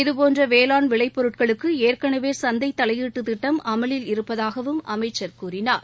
இதபோன்ற வேளாண் விளைப்பொருட்களுக்கு ஏற்கனவே சந்தை தலையீட்டுத் திட்டம் அமலில் இருப்பதாகவும் அமைச்சர் கூறினார்